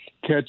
catch